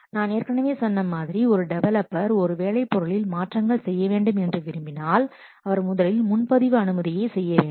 நான் ஏற்கனவே சொன்ன மாதிரி ஒரு டெவலப்பர் ஒரு வேலை பொருளில் மாற்றங்கள் செய்யவேண்டும் என்று விரும்பினால் அவர் முதலில் முன்பதிவு அனுமதியை செய்ய வேண்டும்